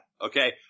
Okay